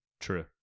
True